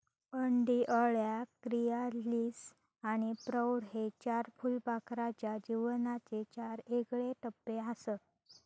अंडी, अळ्या, क्रिसालिस आणि प्रौढ हे चार फुलपाखराच्या जीवनाचे चार येगळे टप्पेआसत